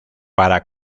para